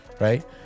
right